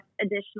additional